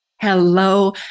Hello